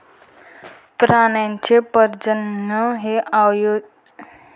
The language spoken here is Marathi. प्राण्यांचे प्रजनन हे नियोजित प्रजननासाठी वापरले जाणारे प्राण्यांचे समूह आहे